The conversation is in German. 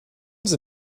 sie